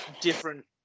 different